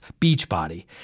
Beachbody